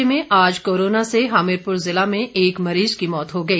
राज्य में आज कोरोना से हमीरपुर ज़िला में एक मरीज की मौत हो गई